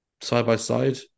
side-by-side